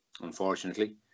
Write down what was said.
unfortunately